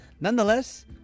nonetheless